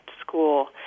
school